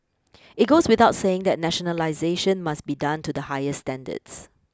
it goes without saying that nationalisation must be done to the highest standards